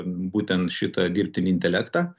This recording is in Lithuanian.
būtent šitą dirbtinį intelektą